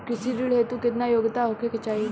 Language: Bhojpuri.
कृषि ऋण हेतू केतना योग्यता होखे के चाहीं?